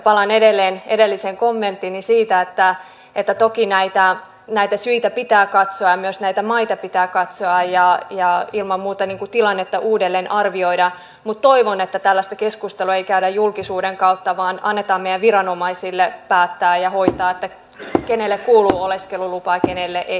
palaan edelleen edelliseen kommenttiini siitä että toki näitä syitä pitää katsoa ja myös näitä maita pitää katsoa ja ilman muuta tilannetta uudelleenarvioida mutta toivon että tällaista keskustelua ei käydä julkisuuden kautta vaan annetaan meidän viranomaistemme päättää ja hoitaa se kenelle kuuluu oleskelulupa ja kenelle ei